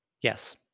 Yes